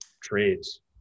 trades